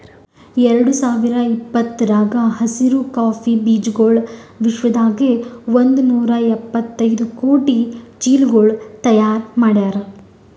ಎರಡು ಸಾವಿರ ಇಪ್ಪತ್ತರಾಗ ಹಸಿರು ಕಾಫಿ ಬೀಜಗೊಳ್ ವಿಶ್ವದಾಗೆ ಒಂದ್ ನೂರಾ ಎಪ್ಪತ್ತೈದು ಕೋಟಿ ಚೀಲಗೊಳ್ ತೈಯಾರ್ ಮಾಡ್ಯಾರ್